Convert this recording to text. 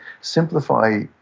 simplify